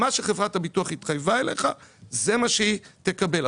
מה שחברת הביטוח התחייבה אליך זה מה שהיא תקבל.